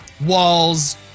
walls